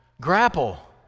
Grapple